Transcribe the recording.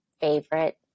favorite